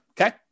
okay